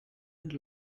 and